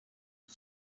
iki